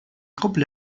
قبل